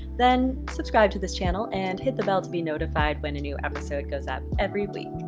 then subscribe to this channel and hit the bell to be notified when a new episode goes up every week.